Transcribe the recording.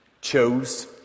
chose